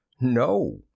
No